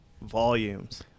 volumes